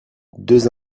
deux